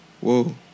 Whoa